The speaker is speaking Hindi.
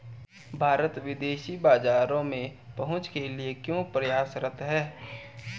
भारत विदेशी बाजारों में पहुंच के लिए क्यों प्रयासरत है?